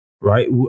Right